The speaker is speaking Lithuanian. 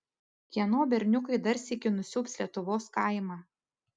kieno berniukai dar sykį nusiaubs lietuvos kaimą